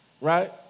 Right